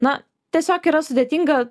na tiesiog yra sudėtinga